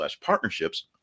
partnerships